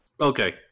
Okay